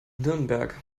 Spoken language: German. nürnberg